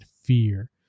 fear